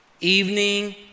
Evening